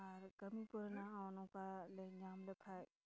ᱟᱨ ᱠᱟᱹᱢᱤ ᱠᱚᱨᱮᱱᱟᱜ ᱦᱚᱸ ᱱᱚᱝᱠᱟ ᱞᱮ ᱧᱟᱢ ᱞᱮᱠᱷᱟᱡ